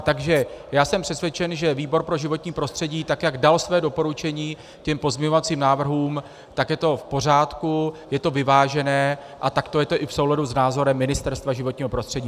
Takže já jsem přesvědčen, že výbor pro životní prostředí, tak jak dal své doporučení těm pozměňovacím návrhům, tak je to v pořádku, je to vyvážené a takto je to i v souladu s názorem Ministerstva životního prostředí.